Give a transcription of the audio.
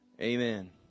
Amen